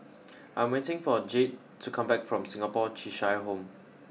I'm waiting for Jayde to come back from Singapore Cheshire Home